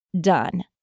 done